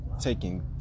taking